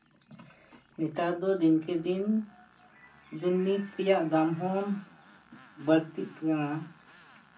ᱱᱮᱛᱟᱨ ᱫᱚ ᱫᱤᱱ ᱠᱮ ᱫᱤᱱ ᱡᱤᱱᱤᱥ ᱨᱮᱭᱟᱜ ᱫᱟᱢ ᱦᱚᱸ ᱵᱟᱲᱛᱤᱜ ᱠᱟᱱᱟ